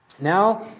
now